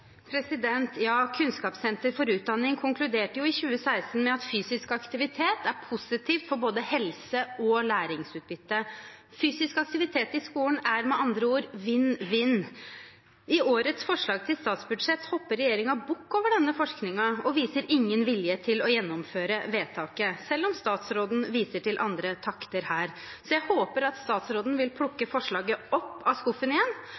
Kunnskapssenter for utdanning konkluderte i 2016 med at fysisk aktivitet er positivt for både helse og læringsutbytte. Fysisk aktivitet i skolen er med andre ord vinn-vinn. I årets forslag til statsbudsjett hopper regjeringen bukk over denne forskningen og viser ingen vilje til å gjennomføre vedtaket, selv om statsråden viser andre takter her. Jeg håper at statsråden vil plukke forslaget opp av skuffen igjen.